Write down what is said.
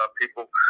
people